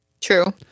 True